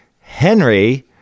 Henry